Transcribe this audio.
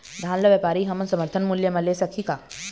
धान ला व्यापारी हमन समर्थन मूल्य म ले सकही का?